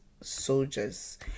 soldiers